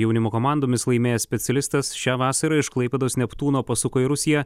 jaunimo komandomis laimėjęs specialistas šią vasarą iš klaipėdos neptūno pasuko į rusiją